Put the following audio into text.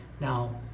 Now